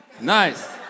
Nice